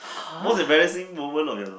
most embarrassing moment of your life